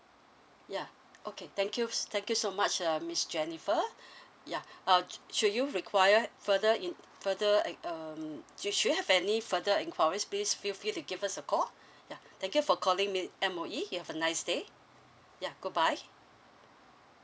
ya okay thank you s~ thank you so much uh miss jennifer ya uh should you required further in~ further uh um you should you have any further inquiries please feel free to give us a call ya thank you for calling me M_O_E you have a nice day ya goodbye